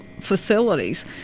facilities